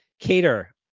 cater